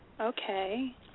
Okay